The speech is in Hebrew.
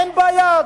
אין בעיות,